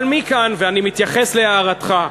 אבל מכאן, ואני מתייחס להערתך,